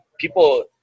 People